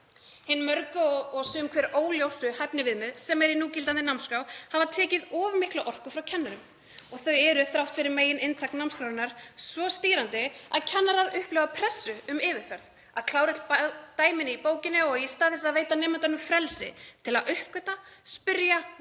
Hin mörgu og sum hver óljósu hæfniviðmið sem eru í núgildandi námskrá hafa tekið of mikla orku frá kennurum og þau eru þrátt fyrir megininntak námskrárinnar svo stýrandi að kennarar upplifa pressu um yfirferð, að klára öll dæmin í bókinni í stað þess að veita nemendum frelsi til að uppgötva, spyrja og